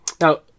Now